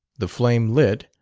the flame lit,